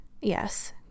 Yes